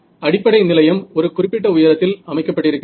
அடிப்படை நிலையம் ஒரு குறிப்பிட்ட உயரத்தில் அமைக்கப்பட்டிருக்கிறது